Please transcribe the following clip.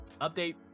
update